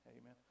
Amen